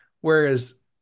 whereas